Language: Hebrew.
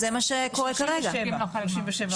יש משהו מובנה בתוך המערכת שלא מאפשר זאת?